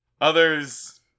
Others